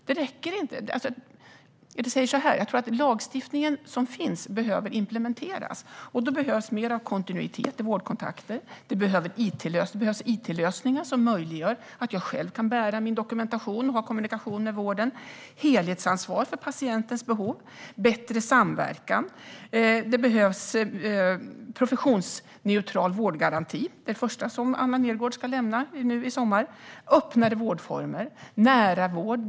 Den lagstiftning som finns behöver implementeras, och då behövs det mer kontinuitet i vårdkontakter och it-lösningar som möjliggör att man själv kan bära med sig sin dokumentation och ha kommunikation med vården. Det behövs ett helhetsansvar för patientens behov och bättre samverkan. Det behövs professionsneutral vårdgaranti - det är det första förslaget som Anna Nergårdh ska lämna nu i sommar - öppnare vårdformer och nära vård.